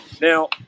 Now